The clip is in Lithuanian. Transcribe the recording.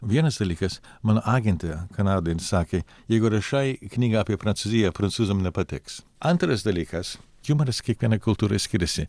vienas dalykas mano agentė kanadoj jin sakė jeigu rašai knygą apie prancūziją prancūzams nepatiks antras dalykas jumoras kiekvienoj kultūroj skiriasi